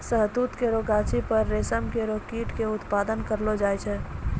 शहतूत केरो गाछी पर रेशम केरो कीट क उत्पादन करलो जाय छै